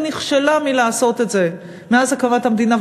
היא נכשלה בכך מאז הקמת המדינה,